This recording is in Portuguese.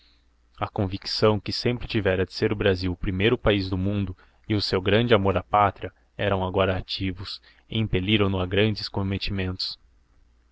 a convicção que sempre tivera de ser o brasil o primeiro país do mundo e o seu grande amor à pátria eram agora ativos e impeliram no a grandes cometimentos